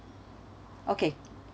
okay